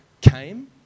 came